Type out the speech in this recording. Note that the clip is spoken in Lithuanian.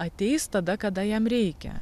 ateis tada kada jam reikia